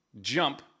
jump